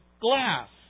glass